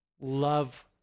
love